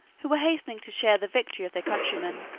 who were hastening to share the victory of their countrymen,